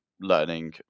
learning